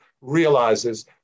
realizes